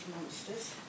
monsters